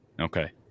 Okay